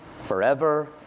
forever